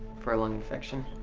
for a lung infection.